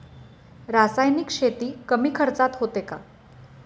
रासायनिक शेती कमी खर्चात होते का?